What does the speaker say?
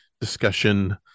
discussion